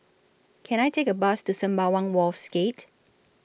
Can I Take A Bus to Sembawang Wharves Gate